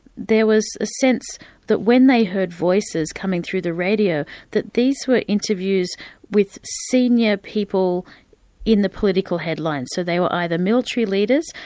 there was a sense that when they heard voices coming through the radio that these were interviews with senior people in the political headlines so they were either military leaders,